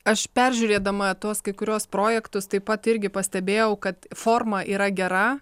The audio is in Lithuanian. aš peržiūrėdama tuos kai kuriuos projektus taip pat irgi pastebėjau kad forma yra gera